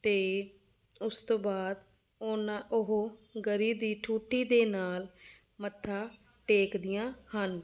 ਅਤੇ ਉਸ ਤੋਂ ਬਾਅਦ ਉਹਨਾਂ ਉਹ ਗਰੀ ਦੀ ਠੂਠੀ ਦੇ ਨਾਲ ਮੱਥਾ ਟੇਕਦੀਆਂ ਹਨ